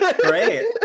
great